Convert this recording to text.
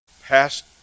past